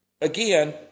again